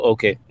Okay